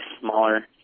smaller